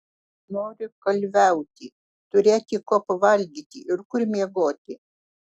noriu kalviauti turėti ko pavalgyti ir kur miegoti